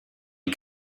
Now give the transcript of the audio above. die